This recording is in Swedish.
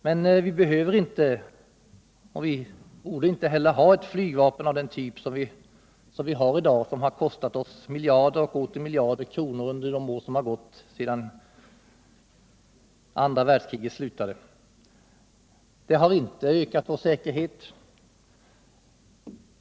Men vi behöver inte ha, och borde inte heller ha, ett flygvapen av den typ vi har idag som har kostat oss miljarder och åter miljarder under de år som har gått sedan andra världskriget slutade. Det har inte ökat vår säkerhet.